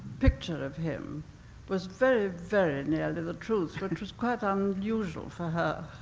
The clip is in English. picture of him was very, very nearly the truth, which was quite um unusual for her,